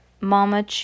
Mama